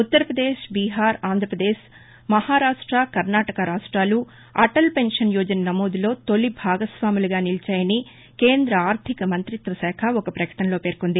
ఉ త్తర పదేశ్ బీహార్ ఆంధ్రపదేశ్ మహారాష్ట కర్ణాటక రాష్టాలు అటల్పెన్షన్ యోజన నమోదులో తొలి భాగస్వాములుగా నిలిచాయని కేంద ఆర్దిక మంతిత్వశాఖ ఒక పకటనలో పేర్కొంది